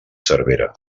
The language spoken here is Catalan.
cervera